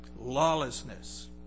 lawlessness